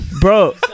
Bro